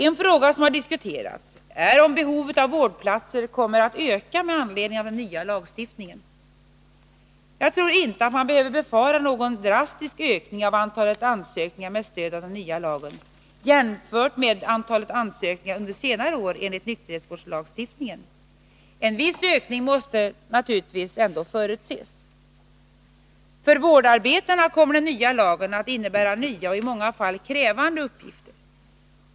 En fråga som har diskuterats är om behovet av vårdplatser kommer att öka med anledning av den nya lagstiftningen. Jag tror inte att man behöver befara någon drastisk ökning av antalet ansökningar med stöd av den nya lagen, jämfört med antalet ansökningar under senare år enligt nykterhetsvårdslagstiftningen. En viss ökning måste naturligtvis ändå förutsättas. För vårdarbetarna kommer den nya lagen att innebära nya och i många fall krävande uppgifter.